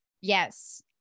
Yes